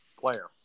player